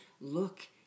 look